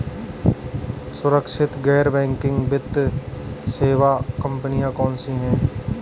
सुरक्षित गैर बैंकिंग वित्त सेवा कंपनियां कौनसी हैं?